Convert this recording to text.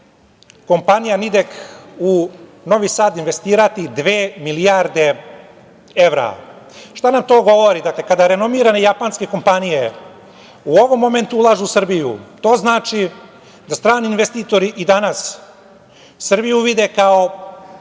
kompanija „Nidek“ u Novi Sad investirati dve milijarde evra. Šta nam to govori? Dakle, kada renomirane japanske kompanije u ovom momentu ulažu u Srbiju, to znači da strani investitori i danas Srbiju vide kao